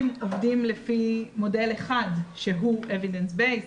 עובדים לפי מודל אחד שהוא evidence based,